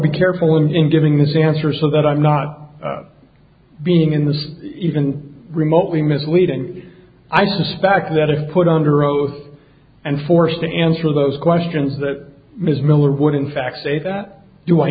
be careful in giving the sansar so that i'm not being in this even remotely mislead and i suspect that if put under oath and forced to answer those questions that ms miller would in fact say that do i